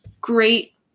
great